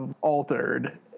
altered